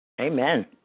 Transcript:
Amen